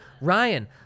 Ryan